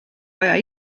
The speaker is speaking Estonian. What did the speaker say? vaja